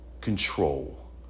control